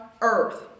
earth